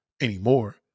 anymore